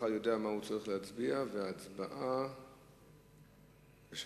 התגלו שרידים של בית-קברות עתיק במהלך עבודות להרחבת בית-ספר בטולדו